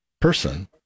person